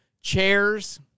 chairs